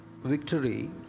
victory